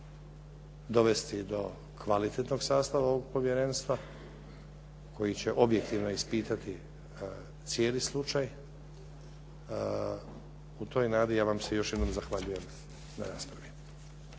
dovesti do kvalitetnog sastava ovog povjerenstva koji će objektivno ispitati cijeli slučaj. U toj nadi ja vam se još jednom zahvaljujem na raspravi.